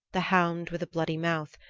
the hound with bloody mouth,